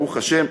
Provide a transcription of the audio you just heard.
ברוך השם,